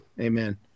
Amen